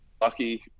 lucky